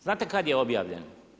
Znate kada je objavljen?